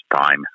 time